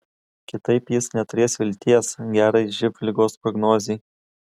kitaip jis neturės vilties gerai živ ligos prognozei